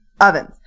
ovens